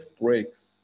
breaks